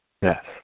Yes